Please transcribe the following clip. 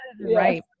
right